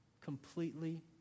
Completely